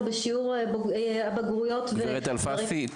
בשיעור הזכאים לבגרויות --- ד״ר אלפסי,